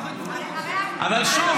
אבל שוב,